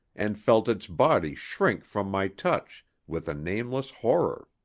and felt its body shrink from my touch with a nameless horror.